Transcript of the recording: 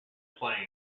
plain